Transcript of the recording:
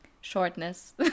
shortness